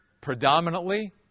predominantly